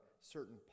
certain